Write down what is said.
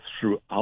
throughout